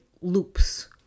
loops